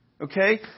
Okay